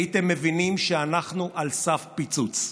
הייתם מבינים שאנחנו על סף פיצוץ.